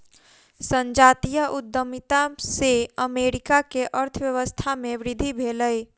संजातीय उद्यमिता से अमेरिका के अर्थव्यवस्था में वृद्धि भेलै